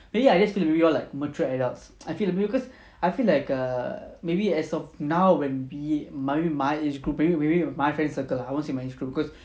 mainly I just going to treat you all like mature adults I feel because I feel like err maybe as of now when we I mean my age group maybe with my friend circle lah I won't say my age group because